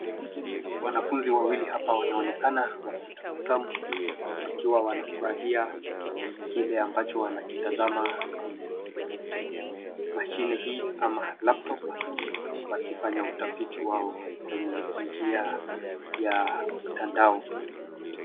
Wanafunzi wawili hapa wanaonekana wakitabasamu wakiwa wanafurahia kile ambacho wanakitazama kwenye mashine hii ama laptop wakifanya utafiti wao kwenye njia ya mtandao.